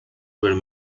were